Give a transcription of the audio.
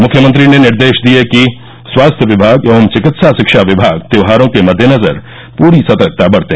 मुख्यमंत्री ने निर्देश दिये कि स्वास्थ्य विमाग एवं विकित्सा शिक्षा विमाग त्योहारों के मदेनजर पूरी सतर्कता बरते